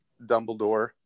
Dumbledore